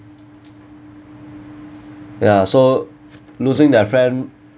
ya so losing that friend